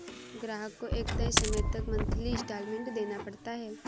ग्राहक को एक तय समय तक मंथली इंस्टॉल्मेंट देना पड़ता है